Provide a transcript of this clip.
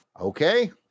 Okay